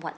what